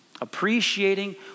Appreciating